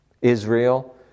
Israel